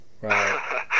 Right